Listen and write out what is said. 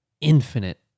infinite